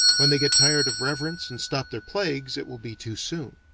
when they get tired of reverence and stop their plagues, it will be too soon.